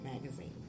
magazine